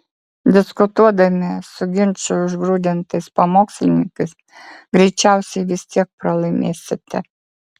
diskutuodami su ginčų užgrūdintais pamokslininkais greičiausiai vis tiek pralaimėsite